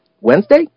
Wednesday